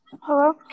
hello